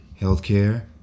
Healthcare